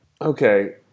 okay